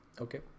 okay